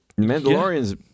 Mandalorian's